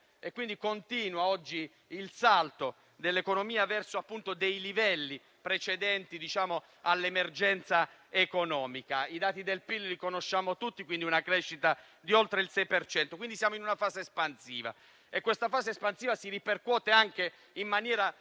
Quindi, continua il salto dell'economia verso i livelli precedenti all'emergenza economica. I dati del PIL li conosciamo tutti: con una crescita di oltre il 6 per cento, siamo in una fase espansiva. Questa fase espansiva si ripercuote in maniera